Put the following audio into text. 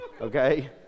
okay